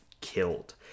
killed